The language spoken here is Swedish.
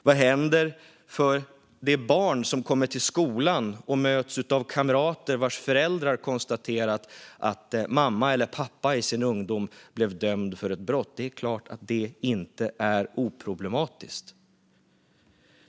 Vad händer med det barn som kommer till skolan och möts av kamrater vars föräldrar har konstaterat att mamma eller pappa i sin ungdom blev dömd för ett brott? Det är klart att det inte är oproblematiskt.